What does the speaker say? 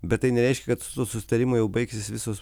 bet tai nereiškia kad su tuo susitarimu jau baigsis visos